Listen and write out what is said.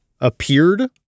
appeared